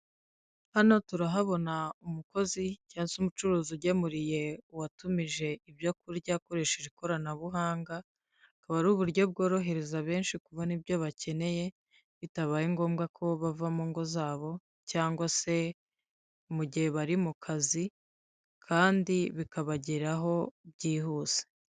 Hano turahabona umukozi cyangwa se umucuruzi ugemuriye uwatumije ibyo kurya akoresheje ikoranabuhanga, akaba ari uburyo bworohereza benshi kubona ibyo bakeneye, bitabaye ngombwa ko bava mu ngo zabo cyangwa se mu gihe bari mu kazi, kandi bikabageraho byihuse.